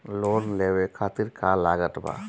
Loan लेवे खातिर का का लागत ब?